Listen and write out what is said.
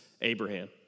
Abraham